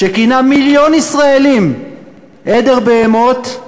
שכינה מיליון ישראלים "עדר בהמות",